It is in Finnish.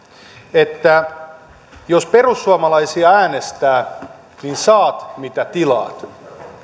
että jos perussuomalaisia äänestää niin saat mitä tilaat